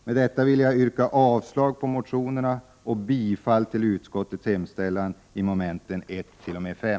Med detta vill jag yrka avslag på motionerna och bifall till utskottets hemställan i mom. 1-5.